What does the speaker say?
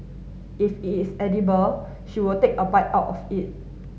if it is edible she will take a bite out of it